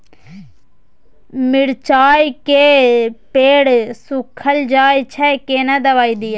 मिर्चाय के पेड़ सुखल जाय छै केना दवाई दियै?